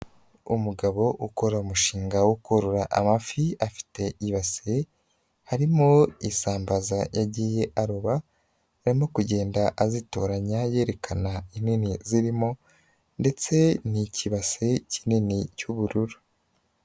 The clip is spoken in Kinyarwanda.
Umugabo ukora umushinga wo korora amafi afite ibasi harimo isambaza yagiye aroba, arimo kugenda azitoranya yerekana inini zirimo ndetse ni ikibase kinini cy'ubururu.